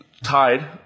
tied